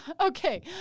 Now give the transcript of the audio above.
Okay